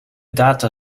data